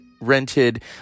rented